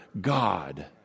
God